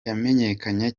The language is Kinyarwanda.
yamenyekanye